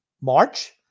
march